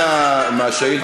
במקום לענות על שאלה,